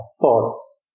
thoughts